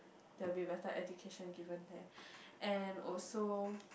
there'll be better education given there and also